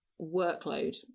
workload